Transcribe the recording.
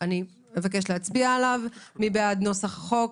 מי בעד נוסח החוק?